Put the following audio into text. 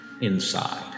inside